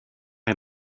est